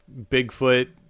Bigfoot